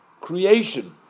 creation